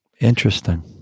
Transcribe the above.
Interesting